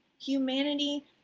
humanity